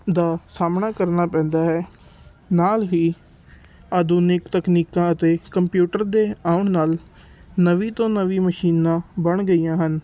ਦਾ ਸਾਹਮਣਾ ਕਰਨਾ ਪੈਂਦਾ ਹੈ ਨਾਲ ਹੀ ਆਧੁਨਿਕ ਤਕਨੀਕਾਂ ਅਤੇ ਕੰਪਿਊਟਰ ਦੇ ਆਉਣ ਨਾਲ ਨਵੀਂ ਤੋਂ ਨਵੀਂ ਮਸ਼ੀਨਾਂ ਬਣ ਗਈਆਂ ਹਨ